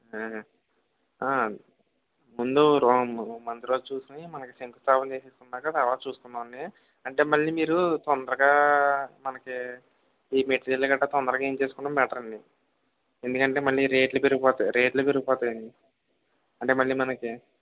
ముందు రో మంచి రోజు చూసుకొని మనకి శంకుస్థాపన చేసేసుకున్నాక తర్వాత చూసుకుందామండి అంటే మళ్ళీ మీరు తొందరగా మనకి ఈ మెటీరియల్ గట్ర తొందరగా వేయించేసుకోవడం బెటరండి ఎందుకంటే మళ్ళీ రేట్లు పెరిగిపోతాయి రేట్లు పెరిగిపోతాయండి అంటే మళ్ళీ మనకి